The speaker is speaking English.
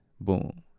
boom